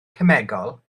cemegol